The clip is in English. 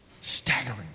Staggering